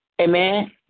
Amen